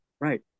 right